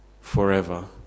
forever